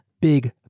big